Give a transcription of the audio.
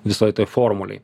visoj toj formulėj